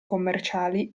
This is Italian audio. commerciali